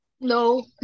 no